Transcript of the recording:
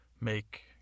make